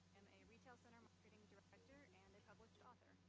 am a retail center marketing director and a published author.